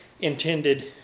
intended